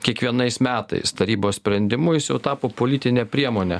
kiekvienais metais tarybos sprendimu jis jau tapo politine priemone